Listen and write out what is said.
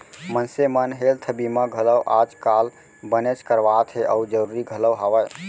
मनसे मन हेल्थ बीमा घलौ आज काल बनेच करवात हें अउ जरूरी घलौ हवय